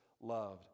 loved